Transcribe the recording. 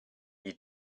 you